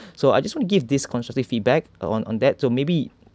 so I just want to give this constructive feedback on on that so maybe